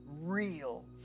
real